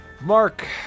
Mark